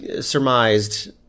surmised